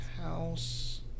House